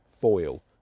foil